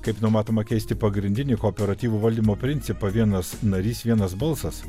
kaip numatoma keisti pagrindinį kooperatyvų valdymo principą vienas narys vienas balsas